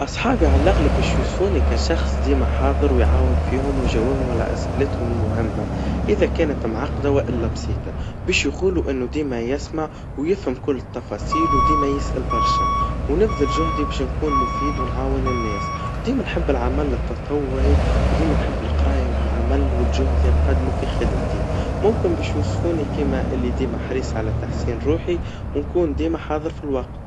أصحاب عالاغلب بيش يوصفوني كشخص ديما حاضر ويعاون فيهم, ويجاوبهم على أسئلتهم المهما, إذا كانت معقدا وإلا بسيطا, باش يقولوا إنه ديما يسمع, ويفهم كل التفاصيل, وديما يسأل برشا, ونبذل جهدي باش نكون مفيد ونعاون الناس, وديما نحب العمل التطوعي, وديما نحب القرايا والعمل والجهد اللي نقدمه في خدمتي, ممكن بيشوفوني كيما اللي ديما حريص على تحسين روحي ونكون ديما حاضر في الوقت.